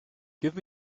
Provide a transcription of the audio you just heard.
give